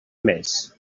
més